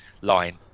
line